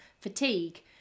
fatigue